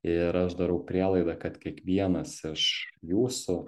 ir aš darau prielaidą kad kiekvienas iš jūsų